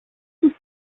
του